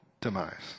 demise